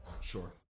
Sure